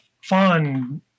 fun